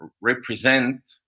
represent